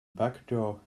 backdoor